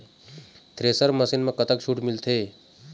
Thresher machine म कतक छूट मिलथे?